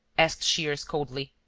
asked shears, coldly.